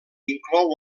inclou